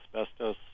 asbestos